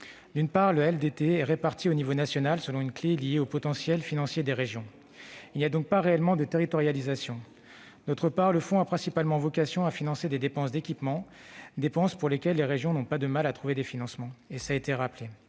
D'une part, le LDT est réparti au niveau national selon une clé liée au potentiel financier des régions. Il n'y a donc pas réellement de territorialisation. D'autre part, le fonds a principalement vocation à financer des dépenses d'équipement, pour lesquelles les régions n'ont pas de mal à trouver des financements. Le besoin que